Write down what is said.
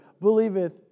believeth